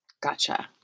Gotcha